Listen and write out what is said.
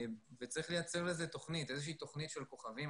וצריך לייצר איזושהי תוכנית של כוכבים.